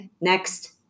Next